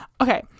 Okay